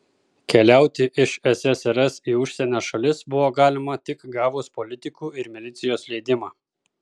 keliauti iš ssrs į užsienio šalis buvo galima tik gavus politikų ir milicijos leidimą